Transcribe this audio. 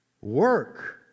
work